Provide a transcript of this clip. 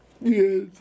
Yes